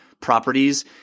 properties